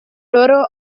loro